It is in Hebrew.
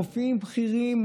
רופאים בכירים,